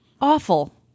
Awful